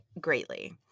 greatly